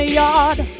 yard